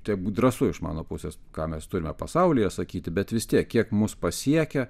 taip drąsu iš mano pusės ką mes turime pasaulyje sakyti bet vis tiek kiek mus pasiekia